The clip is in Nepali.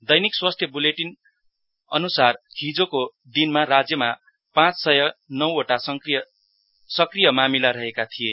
दैनिक स्वास्थ्य बुलेटिन अनुसार हिजोको दिनमा राज्यमा पाँच सय नौवटा नयाँ मामिला रहेका थिए